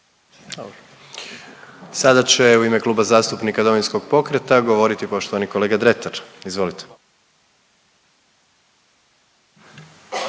bit će u ime Kluba zastupnika Domovinskog pokreta govoriti poštovani zastupnik Davor Dretar. Izvolite.